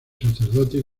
sacerdotes